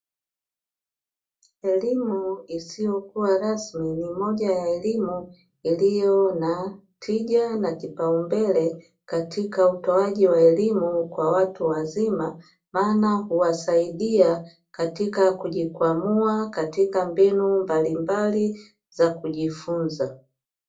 Elimu isiyokuwa rasmi ni moja ya elimu, iliyo na tija na kipaumbele katika utoaji wa elimu kwa watu wazima, maana huwasaidia katika kujikwamua katika mbinu mbalimbali za kujifunza.